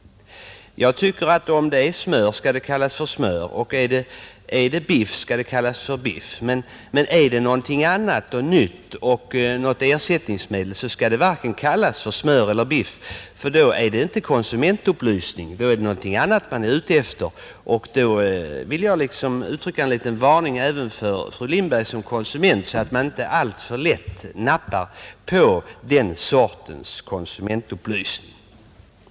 Är det smör skall det kallas smör och är det biff skall det kallas biff, men är det någonting annat och nytt eller något ersättningsmedel skall det varken kallas smör eller biff, för då är det inte konsumentupplysning utan någonting annat man är ute efter. Jag vill uttrycka en liten varning även till fru Lindberg som konsument att inte alltför lätt nappa på den sortens konsumentupplysning.